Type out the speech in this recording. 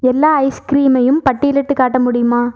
எல்லா ஐஸ்க்ரீமையும் பட்டியலிட்டுக் காட்ட முடியுமா